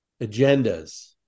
agendas